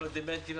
גם הדמנטיים,